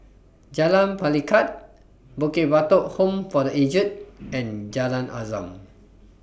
Jalan Pelikat Bukit Batok Home For The Aged and Jalan Azam